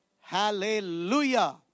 Hallelujah